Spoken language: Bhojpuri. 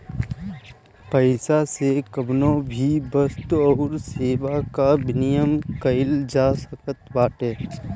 पईसा से कवनो भी वस्तु अउरी सेवा कअ विनिमय कईल जा सकत बाटे